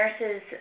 nurses